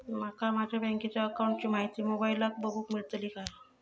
माका माझ्या बँकेच्या अकाऊंटची माहिती मोबाईलार बगुक मेळतली काय?